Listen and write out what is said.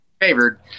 favored